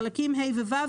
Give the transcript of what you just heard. חלקים ה' ו-ו',